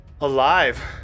alive